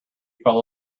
fell